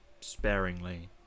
sparingly